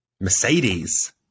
Mercedes